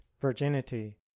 virginity